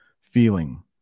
feeling